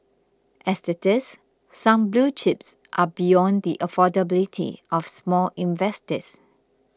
as it is some blue chips are beyond the affordability of small investors